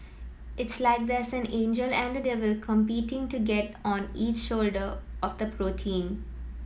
it's like there's an angel and a devil competing to get on each shoulder of the protein